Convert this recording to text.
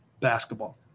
basketball